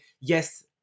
yes